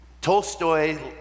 tolstoy